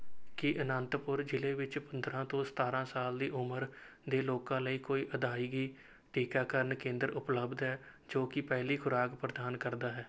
ਕੀ ਅਨੰਤਪੁਰ ਜ਼ਿਲ੍ਹੇ ਵਿੱਚ ਪੰਦਰਾਂ ਤੋਂ ਸਤਾਰਾਂ ਸਾਲ ਦੀ ਉਮਰ ਦੇ ਲੋਕਾਂ ਲਈ ਕੋਈ ਅਦਾਇਗੀ ਟੀਕਾਕਰਨ ਕੇਂਦਰ ਉਪਲਬਧ ਹੈ ਜੋ ਕਿ ਪਹਿਲੀ ਖੁਰਾਕ ਪ੍ਰਦਾਨ ਕਰਦਾ ਹੈ